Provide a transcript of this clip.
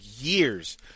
years